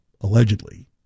allegedly